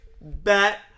bet